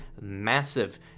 massive